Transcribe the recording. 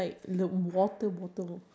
without any chlorine